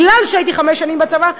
מכיוון שהייתי חמש שנים בצבא,